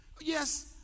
Yes